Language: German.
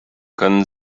können